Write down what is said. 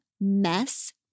Mess